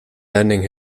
landing